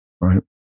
right